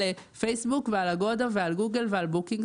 פייסבוק ועל אגודה ועל גוגל ועל בוקינג.